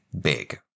big